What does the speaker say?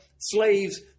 slave's